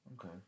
Okay